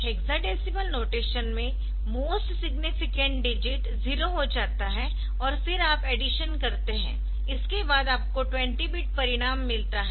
hexadecimal notation में most significant digit 0 हो जाता है और फिर आप ऐडिशन करते है इसके बाद आपको 20 बिट परिणाम मिलता है